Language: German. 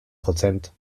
prozent